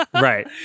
Right